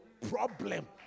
problem